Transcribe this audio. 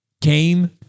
came